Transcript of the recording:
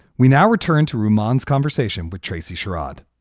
we now return to remands conversation with tracy sharad